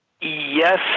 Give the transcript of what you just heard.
Yes